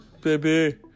baby